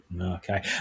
Okay